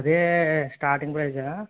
అదే starting price